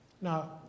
Now